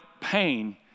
pain